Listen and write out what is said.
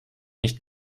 nicht